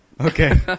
Okay